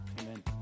amen